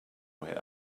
where